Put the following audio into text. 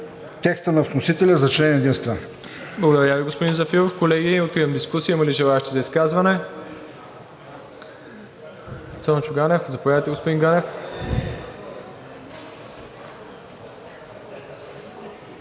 текста на вносителя за член единствен.